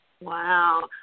Wow